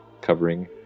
covering